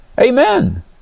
Amen